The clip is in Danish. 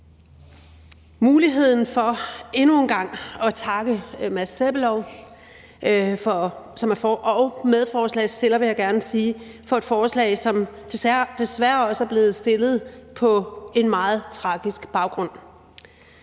muligheden for endnu en gang at takke Mads Peter Sebbelov og medforslagsstillerne, vil jeg gerne sige, for et forslag, som desværre er blevet stillet på en meget tragisk baggrund.